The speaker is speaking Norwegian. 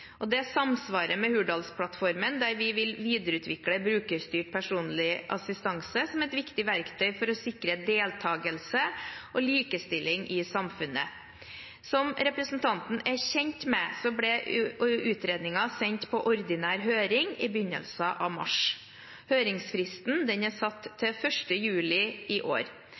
Det samsvarer med Hurdalsplattformen, der vi vil videreutvikle brukerstyrt personlig assistanse som et viktig verktøy for å sikre deltakelse og likestilling i samfunnet. Som representanten er kjent med, ble utredningen sendt på ordinær høring i begynnelsen av mars. Høringsfristen er satt til 1. juli i år.